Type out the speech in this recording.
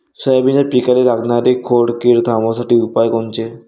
सोयाबीनच्या पिकाले लागनारी खोड किड थांबवासाठी उपाय कोनचे?